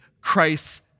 Christ